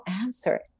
answer